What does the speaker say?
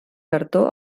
cartó